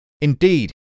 Indeed